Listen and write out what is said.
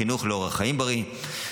חינוך לאורח חיים בריא,